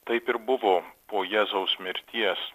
taip ir buvo po jėzaus mirties